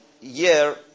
year